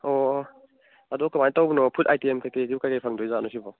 ꯑꯣ ꯑꯗꯣ ꯀꯃꯥꯏ ꯇꯧꯕꯅꯣ ꯐꯨꯠ ꯑꯥꯏꯇꯦꯝ ꯀꯔꯤ ꯀꯔꯤꯁꯤꯕꯨ ꯀꯔꯤ ꯀꯔꯤ ꯐꯪꯗꯣꯏꯖꯥꯠꯅꯣ ꯁꯤꯕꯣ